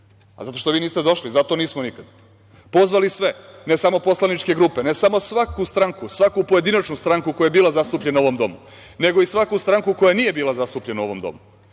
a zato što vi niste došli, zato nismo nikada. Pozvali sve, ne samo poslaničke grupe, ne samo svaku stranku, svaku pojedinačnu stranku koja je bila zastupljena u ovom domu, nego i svaku stranku koja nije bila zastupljena u ovom domu. Nije